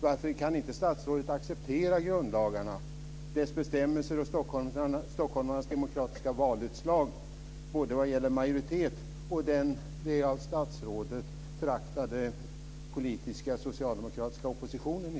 Varför kan inte statsrådet acceptera grundlagarna, deras bestämmelser och stockholmarnas demokratiska valutslag både vad gäller majoritet och den av statsrådet föraktade politiska socialdemokratiska oppositionen i